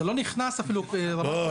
זה לא נכנס אפילו ברמה של הצעת החוק.